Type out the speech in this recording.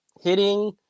hitting